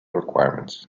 requirements